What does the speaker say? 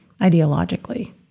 ideologically